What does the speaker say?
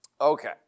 Okay